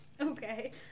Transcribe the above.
Okay